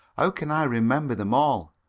how can i remember them all?